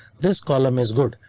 this column is good,